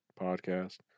podcast